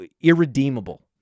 irredeemable